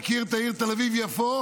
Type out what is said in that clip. מכיר את העיר תל אביב יפו?